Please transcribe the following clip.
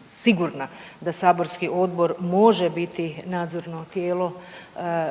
nisam sigurna da saborski odbor može biti nadzorno tijelo